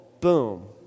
boom